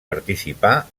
participar